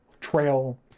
trail